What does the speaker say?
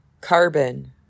carbon